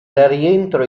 rientro